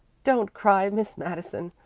don't cry, miss madison.